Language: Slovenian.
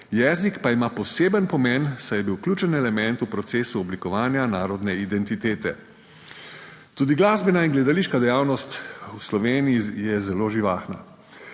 jezik pa ima poseben pomen, saj je bil ključen element v procesu oblikovanja narodne identitete Tudi glasbena in gledališka dejavnost v Sloveniji je zelo živahna.